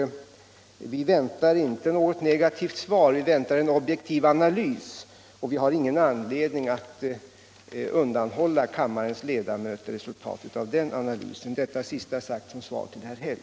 Vi väntar inte något negativt svar. Vi väntar en objektiv analys, och vi har ingen anledning att undanhålla kammarens ledamöter resultatet av den analysen — detta sista sagt som svar till herr Häll.